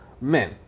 men